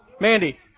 Mandy